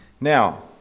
Now